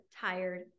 tired